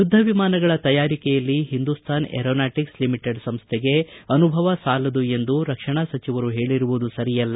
ಯುದ್ಧ ವಿಮಾನಗಳ ತಯಾರಿಕೆಯಲ್ಲಿ ಹಿಂದೂಸ್ಥಾನ್ ಏರೋನಾಟಕ್ಸ್ ಲಿಮಿಟೆಡ್ ಸಂಸ್ಥೆಗೆ ಅನುಭವ ಸಾಲದು ಎಂದು ರಕ್ಷಣಾ ಸಚಿವರು ಹೇಳಿರುವುದು ಸರಿಯಲ್ಲ